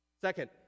Second